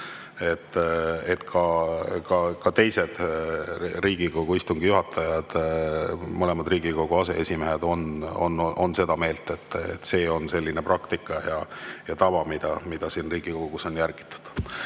Ka teised Riigikogu istungi juhatajad, mõlemad Riigikogu aseesimehed, on seda meelt. See on praktika ja tava, mida siin Riigikogus on järgitud.